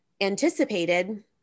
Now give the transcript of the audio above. anticipated